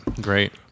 Great